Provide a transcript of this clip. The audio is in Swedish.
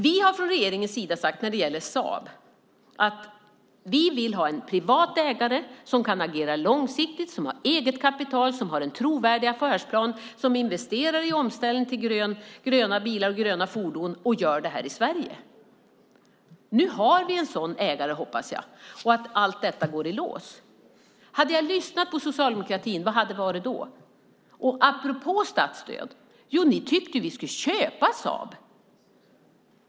Vi har från regeringens sida när det gäller Saab sagt att vi vill ha en privat ägare som kan agera långsiktigt, som har eget kapital, som har en trovärdig affärsplan och som investerar i omställningen till gröna bilar och gröna fordon här i Sverige. Jag hoppas att vi nu har en sådan ägare och att detta går i lås. Hade jag lyssnat på socialdemokratin, vad hade skett då? Apropå statsstöd tyckte ni att vi skulle köpa Saab.